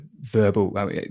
verbal